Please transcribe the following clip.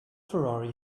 ferrari